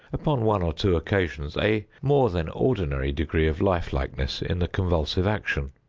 upon one or two occasions, a more than ordinary degree of life-likeness in the convulsive action.